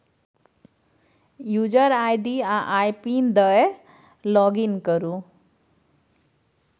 user ID आ IPIN दए login करु